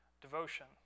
devotion